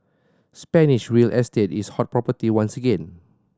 Spanish real estate is hot property once again